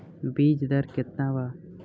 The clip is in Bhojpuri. बीज दर केतना बा?